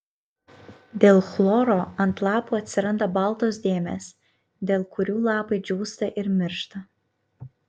dėl chloro ant lapų atsiranda baltos dėmės dėl kurių lapai džiūsta ir miršta